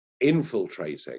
infiltrating